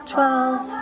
Twelve